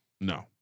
No